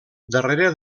darrere